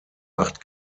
acht